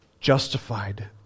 justified